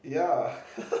ya